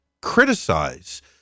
criticize